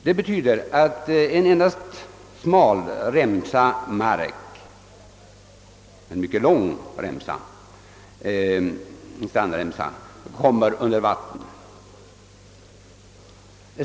Det betyder att en mycket lång men smal remsa mark utefter stranden läggs under vatten.